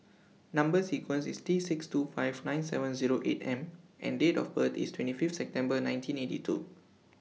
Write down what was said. Number sequence IS T six two five nine seven Zero eight M and Date of birth IS twenty five September nineteen eighty two